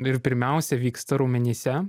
ir pirmiausia vyksta raumenyse